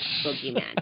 Boogeyman